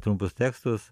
trumpus tekstus